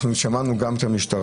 אנחנו שמענו גם את המשטרה.